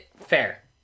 fair